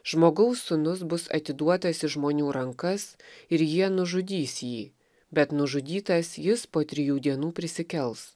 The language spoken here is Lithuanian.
žmogaus sūnus bus atiduotas į žmonių rankas ir jie nužudys jį bet nužudytas jis po trijų dienų prisikels